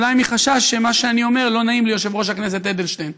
אולי מחשש שמה שאני אומר לא נעים ליושב-ראש הכנסת אדלשטיין.